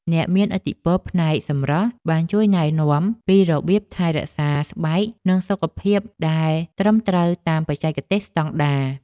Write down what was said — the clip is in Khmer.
អ្នកមានឥទ្ធិពលផ្នែកសម្រស់បានជួយណែនាំពីរបៀបថែរក្សាស្បែកនិងសុខភាពដែលត្រឹមត្រូវតាមបច្ចេកទេសស្តង់ដារ។